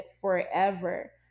forever